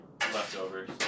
Leftovers